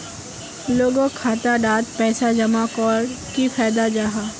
लोगोक खाता डात पैसा जमा कवर की फायदा जाहा?